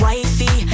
Wifey